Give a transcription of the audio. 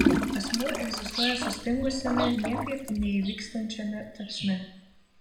asmuo egzistuoja sustingusiame niekaip neįvykstančiame tapsme